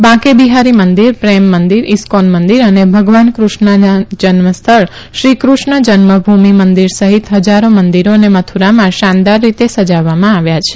બાંધે બિહારી મંદિર પ્રેમ મંદીર ઈસ્કોન મંદિર અને ભગવાન કૃષ્ણના જન્મસ્થળ શ્રી કૃષ્ણ જન્માભૂમિ મંદિર સહિત હજારો મંદીરોને મથુરામાં શાનદાર રીતે સજાવવામાં આવ્યા છે